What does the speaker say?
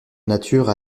nature